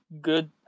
good –